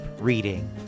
reading